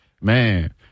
Man